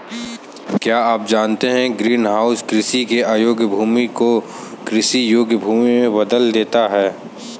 क्या आप जानते है ग्रीनहाउस कृषि के अयोग्य भूमि को कृषि योग्य भूमि में बदल देता है?